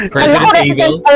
President